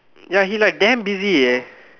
ya he like damn busy eh